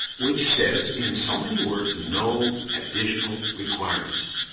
which says in so many words no additional requirements.